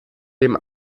dem